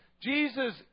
Jesus